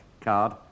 card